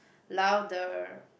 louder